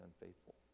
unfaithful